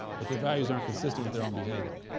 but their values aren't consistent with their own behavior,